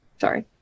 Sorry